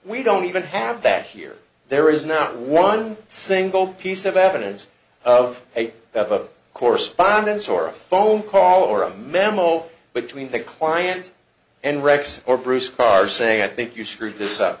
we don't even have that here there is not one single piece of evidence of a correspondence or a phone call or a memo between the client and rex or bruce carr saying i think you screwed this up